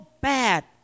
bad